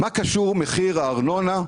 מה קשור מחיר הארנונה,